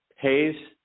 pays